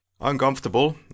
uncomfortable